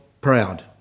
proud